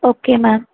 okay ma'am